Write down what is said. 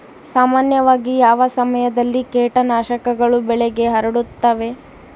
ಸಾಮಾನ್ಯವಾಗಿ ಯಾವ ಸಮಯದಲ್ಲಿ ಕೇಟನಾಶಕಗಳು ಬೆಳೆಗೆ ಹರಡುತ್ತವೆ?